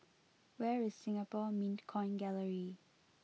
where is Singapore Mint Coin Gallery